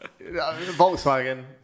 Volkswagen